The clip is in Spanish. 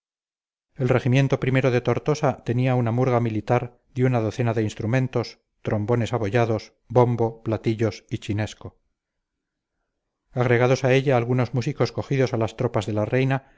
el regimiento o de tortosa tenía una murga militar de una docena de instrumentos trombones abollados bombo platillos y chinesco agregados a ella algunos músicos cogidos a las tropas de la reina